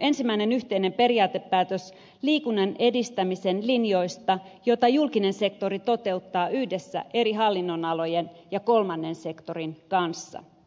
ensimmäinen yhteinen periaatepäätös liikunnan edistämisen linjoista jota julkinen sektori toteuttaa yhdessä eri hallinnonalojen ja kolmannen sektorin kanssa